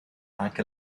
anche